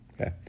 okay